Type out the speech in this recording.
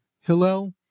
Hillel